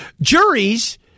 juries